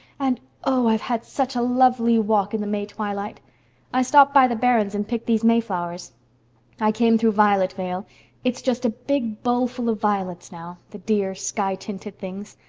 and oh! i've had such a lovely walk in the may twilight i stopped by the barrens and picked these mayflowers i came through violet-vale it's just a big bowlful of violets now the dear, sky-tinted things.